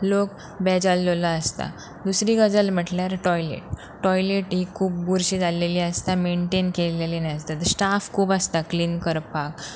लोक बेजाल्लेलो आसता दुसरी गजाल म्हटल्यार टॉयलेट टॉयलेट ही खूब बुरशीं जाल्लेली आसता मेनटेन केल्लेली नसता स्टाफ खूब आसता क्लीन करपाक